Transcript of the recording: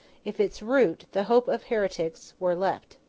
if its root, the hope of heretics, were left.